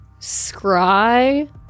scry